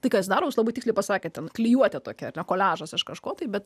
tai ką jis daro jūs labai tiksliai pasakėt ten klijuotė tokia koliažas iš kažko tai bet